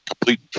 complete